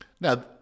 Now